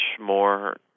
more